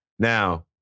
Now